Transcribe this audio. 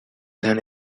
than